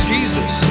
Jesus